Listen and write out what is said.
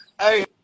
hey